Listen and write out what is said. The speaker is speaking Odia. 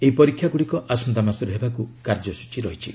ଏହି ପରୀକ୍ଷାଗୁଡ଼ିକ ଆସନ୍ତାମାସରେ ହେବାକୁ କାର୍ଯ୍ୟସୂଚୀ ରହିଛି